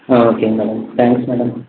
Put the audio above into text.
ஓகேங்க madam thanks madam